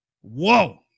Whoa